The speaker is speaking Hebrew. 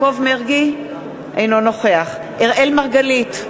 אינו נוכח אראל מרגלית,